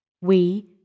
We